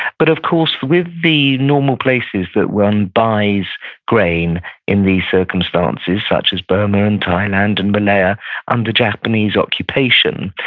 but of course with the normal places that one buys grain in these circumstances, such as burma and thailand and malaya under japanese occupation,